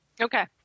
Okay